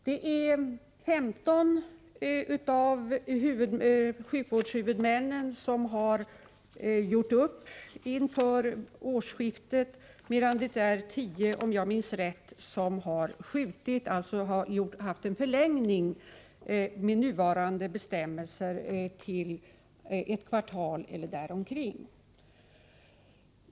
Det är femton av sjukvårdshuvudmännen som har gjort upp inför årsskiftet, medan det — om jag minns rätt — är tio som förlängt de nuvarande bestämmelserna ett kvartal eller däromkring.